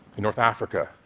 in north africa,